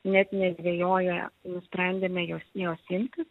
net nedvejoję nusprendėme jos jos imtis